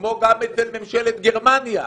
כמו גם אצל ממשלת גרמניה,